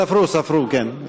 ספרו, ספרו, כן.